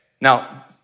now